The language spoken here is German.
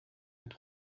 mit